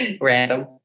random